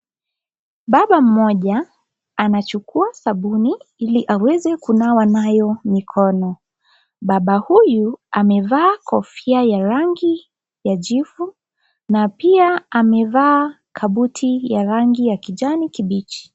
Baba mmoja, anachukua sabuni ili aweze kunawa nayo mikono. Baba huyu, amevaa kofia ya rangi ya jivu na pia amevaa kabuti ya rangi ya kijani kibichi.